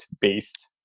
based